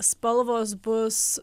spalvos bus